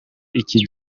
igi